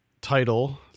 title